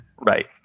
Right